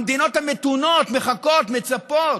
המדינות המתונות מחכות, מצפות